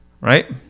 right